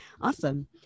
Awesome